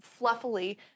fluffily